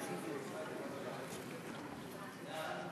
ההצעה להעביר את הצעת חוק דמי מחלה (היעדרות בשל מחלת ילד)